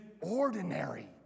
ordinary